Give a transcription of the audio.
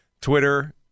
Twitter